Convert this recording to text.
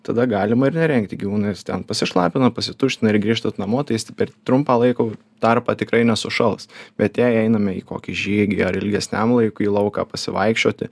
tada galima ir nerengti gyvūno jis ten pasišlapina pasituština ir grįžtant namo tai jis per trumpą laiko tarpą tikrai nesušals bet jei einame į kokį žygį ar ilgesniam laikui į lauką pasivaikščioti